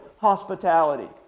hospitality